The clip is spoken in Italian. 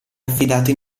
affidato